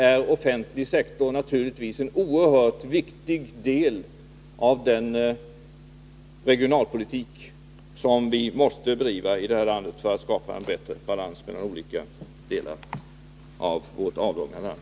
Den offentliga sektorn är en oerhört viktig del av den regionalpolitik som vi måste bedriva för att skapa en bättre balans mellan olika delar av vårt avlånga land.